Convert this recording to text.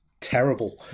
terrible